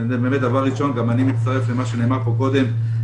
דבר ראשון גם אני מצטרף למה שנאמר פה קודם,